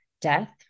death